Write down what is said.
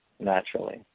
naturally